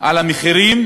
על המחירים,